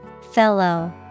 Fellow